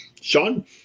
Sean